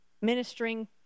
ministering